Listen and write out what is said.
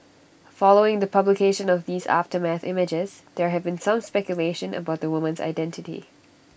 following the publication of these aftermath images there have been some speculation about the woman's identity